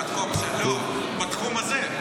עד פה, בתחום הזה.